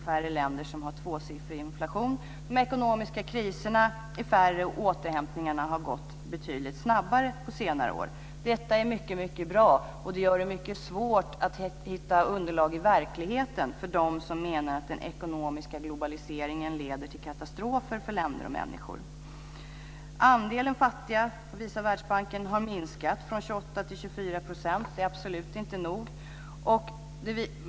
Färre länder har tvåsiffrig inflation. De ekonomiska kriserna är färre. Återhämtningarna har gått betydligt snabbare på senare år. Detta är mycket bra. Det gör det mycket svårt att hitta underlag i verkligheten för dem som menar att den ekonomiska globaliseringen leder till katastrofer för länder och människor. Världsbanken visar att andelen fattiga har minskat från 28 % till 24 %. Det är absolut inte nog.